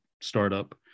startup